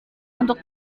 untuk